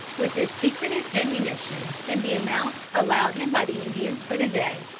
with his secreted ammunition, and the amount allowed him by the indians for the day,